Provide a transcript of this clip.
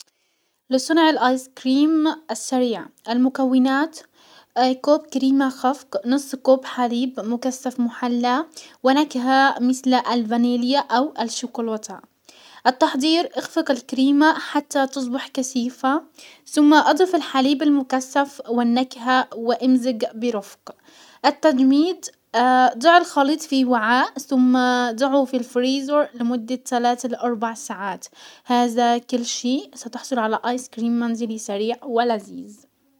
لصنع الايس كريم السريع المكونات كوب كريمة خفق، نص كوب حليب مكسف محلى، ونكهة مسل الفانيليا او الشوكولاتة. التحضير اخفق الكريمة حتى تصبح كسيفة سم اضف الحليب المكسف والنكهة وامزج برفق. التجميد ضع الخليط في وعاء ثم ضعه في الفريزر لمدة تلات لاربع ساعات هزا كل شي ستحصل على ايس كريم منزلي سريع ولزيز.